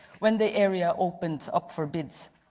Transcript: when the area opened up for bids.